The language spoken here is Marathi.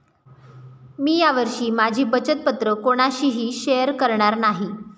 मी या वर्षी माझी बचत पत्र कोणाशीही शेअर करणार नाही